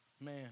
Man